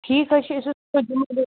ٹھیٖک حظ چھُ أسۍ حظ جمعہ دۄہ